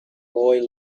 boy